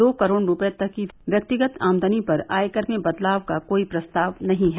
दो करोड़ रूपये तक की व्यक्तिगत आमदनी पर आयकर में बदलाव का कोई प्रस्ताव नहीं है